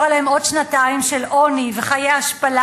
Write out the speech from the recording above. עליהן עוד שנתיים של עוני וחיי השפלה.